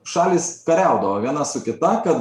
šalys kariaudavo viena su kita kad